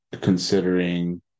considering